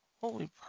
holy